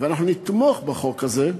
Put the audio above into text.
ואנחנו נתמוך בחוק הזה,